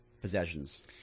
possessions